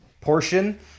portion